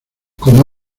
como